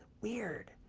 weird!